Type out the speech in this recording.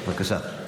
בבקשה.